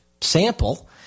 sample